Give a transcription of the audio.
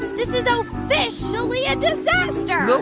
this is ofishially a disaster no,